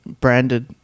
branded